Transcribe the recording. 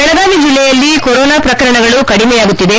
ಬೆಳಗಾವಿ ಜಿಲ್ಲೆಯಲ್ಲಿ ಕೊರೊನಾ ಪ್ರಕರಣಗಳು ಕಡಿಮೆಯಾಗುತ್ತಿದೆ